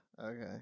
Okay